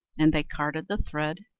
and they carded the thread,